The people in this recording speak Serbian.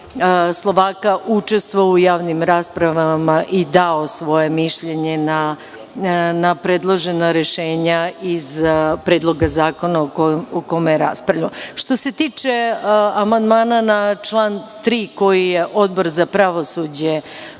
Slovaka učestvovao u javnim raspravama i dao svoje mišljenje na predložena rešenja iz Predloga zakona o kome raspravljamo. Što se tiče amandmana na član 3. koji je Odbor za pravosuđe